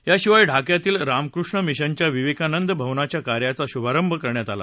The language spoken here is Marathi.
याशिवाय ढाक्यातील रामकृष्ण मिशनच्या विवेकानंद भवनाच्या कार्याचा शुभारंभ करण्यात आला